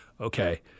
okay